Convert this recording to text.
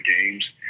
games